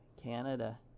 Canada